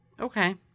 Okay